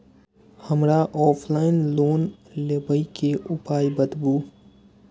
हमरा offline loan लेबे के उपाय बतबु?